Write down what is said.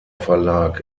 verlag